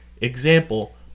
example